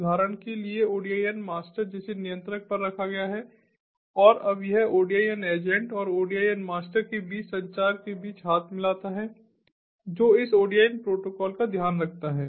उदाहरण के लिए ODIN मास्टर जिसे नियंत्रक पर रखा गया है और अब यह ODIN एजेंट और ODIN मास्टर के बीच संचार के बीच हाथ मिलाता है जो इस ODIN प्रोटोकॉल का ध्यान रखता है